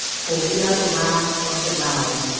for we are the last of the loud.